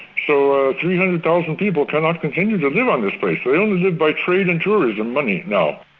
so ah three hundred thousand people cannot continue to live on this place they only live by trade and tourism money now.